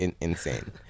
insane